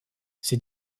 ces